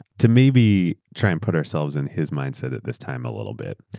to maybe try and put ourselves in his mindset at this time a little bit,